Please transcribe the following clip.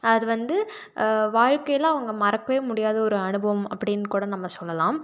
அதுவந்து வாழ்க்கையில் அவங்க மறக்கவே முடியாத ஒரு அனுபவம் அப்படின்னு கூட நம்ம சொல்லலாம்